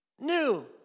New